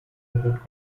robot